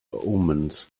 omens